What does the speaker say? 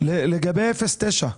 לגבי 09,